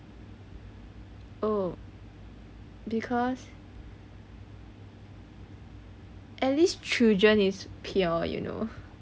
oh because at least children is pure you know